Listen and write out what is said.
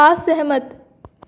असहमत